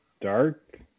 dark